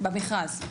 במכרז.